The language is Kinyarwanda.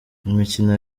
imikino